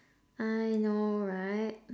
I know right